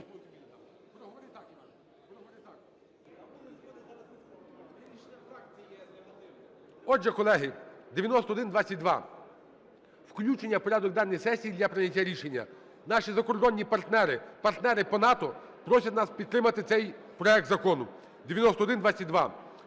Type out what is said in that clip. Отже, колеги, 9122 – включення в порядок денний сесії для прийняття рішення. Наші закордонні партнери, партнери по НАТО просять нас підтримати цей проект Закону 9122.